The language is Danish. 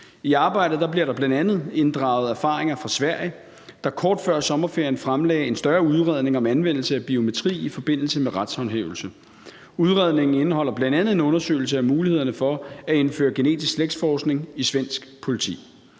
I arbejdet bliver der bl.a. inddraget erfaringer fra Sverige, der kort før sommerferien fremlagde en større udredning om anvendelse af biometri i forbindelse med retshåndhævelse. Udredningen indeholder bl.a. en undersøgelse af mulighederne for at indføre genetisk slægtsforskning i svensk politi.